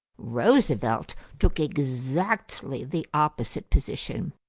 roosevelt took exactly the opposite position.